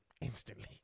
instantly